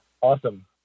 Awesome